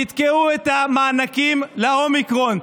תתקעו את המענקים לאומיקרון,